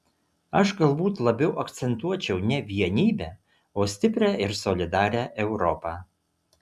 aš galbūt labiau akcentuočiau ne vienybę o stiprią ir solidarią europą